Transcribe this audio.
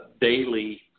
daily